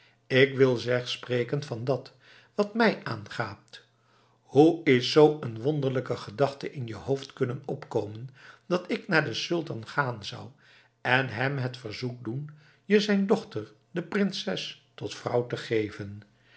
ik wil slechts spreken van dat wat mij aangaat hoe is zoo een wonderlijke gedachte in je hoofd kunnen opkomen dat ik naar den sultan gaan zou en hem het verzoek doen je zijn dochter de prinses tot vrouw te geven